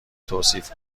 توصیف